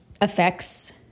affects